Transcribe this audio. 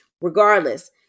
regardless